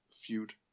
feud